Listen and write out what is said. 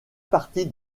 partie